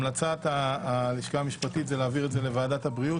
המלצת הלשכה המשפטית היא להעביר את זה לוועדת הבריאות.